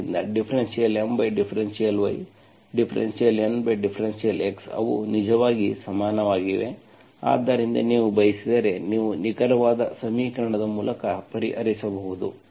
ಆದ್ದರಿಂದ ∂M∂y∂N∂x ಅವು ನಿಜವಾಗಿ ಸಮಾನವಾಗಿವೆ ಆದ್ದರಿಂದ ನೀವು ಬಯಸಿದರೆ ನೀವು ನಿಖರವಾದ ಸಮೀಕರಣದ ಮೂಲಕ ಪರಿಹರಿಸಬಹುದು